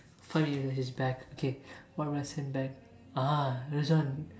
five years of his back okay what would I send back ah Rizwan